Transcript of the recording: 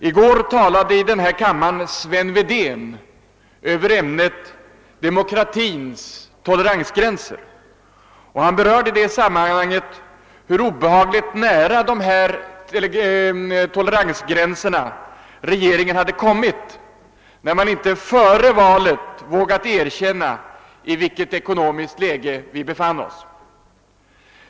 I går talade i den här kammaren Sven Wedén över ämnet >Demokratins toleransgränser> — och han berörde i det sammanhanget hur obehagligt nära de toleransgränserna regeringen hade kommit när den inte före valet vågat erkänna i vilket ekonomiskt läge vi befann oss.